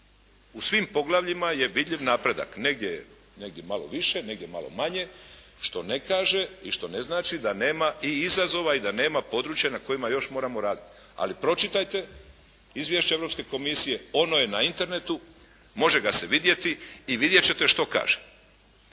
U svim poglavljima je vidljiv napredak, negdje malo više, negdje malo manje što ne kaže i što ne znači da nema i izazova i da nema područja na kojima još moramo raditi. Ali pročitajte izvješće Europske komisije, ono je na internetu, može ga se vidjeti i vidjet ćete što kaže.